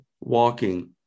walking